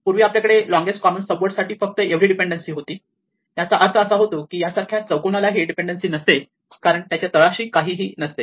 पूर्वी आपल्याकडे longest common subword साठी फक्त एवढी डीपेंडेन्सी होती याचा अर्थ असा होतो की यासारख्या चौकोनालाही डीपेंडेन्सी नसते कारण त्याच्या तळाशी काहीही नसते